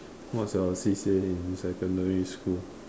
what's your C_C_A in secondary school